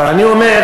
אבל אני אומר,